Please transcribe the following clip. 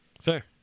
Fair